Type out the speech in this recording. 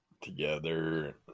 together